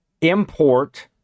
import